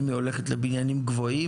לבניינים גבוהים?